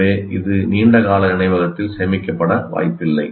எனவே இது நீண்ட கால நினைவகத்தில் சேமிக்கப்பட வாய்ப்பில்லை